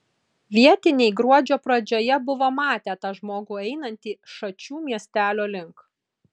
vietiniai gruodžio pradžioje buvo matę tą žmogų einantį šačių miestelio link